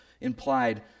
implied